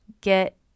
Get